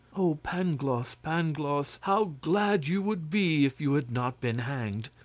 oh, pangloss! pangloss! how glad you would be if you had not been hanged!